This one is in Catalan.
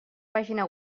pàgina